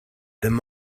them